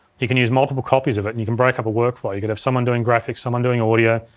you can use multiple copies of it and you can break up a workflow. you could have someone doing graphics, someone doing audio,